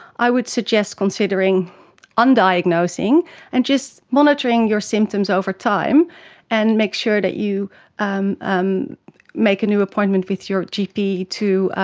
i would suggest considering un-diagnosing and just monitoring your symptoms over time and make sure that you um um make a new appointment with your gp to